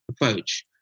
approach